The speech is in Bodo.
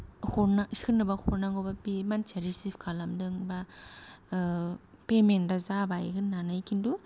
हरना सोरनोबा हरनांगौबा बे मानसिया रिसिभ खालामदों बा पेमेन्ता जाबाय होन्नानै किन्तु